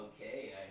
okay